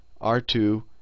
r2